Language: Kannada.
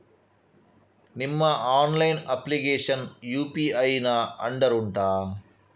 ನಿಮ್ಮ ಆನ್ಲೈನ್ ಅಪ್ಲಿಕೇಶನ್ ಯು.ಪಿ.ಐ ನ ಅಂಡರ್ ಉಂಟಾ